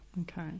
okay